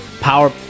power